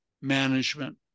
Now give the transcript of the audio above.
management